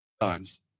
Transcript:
Times